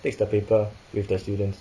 takes the paper with the students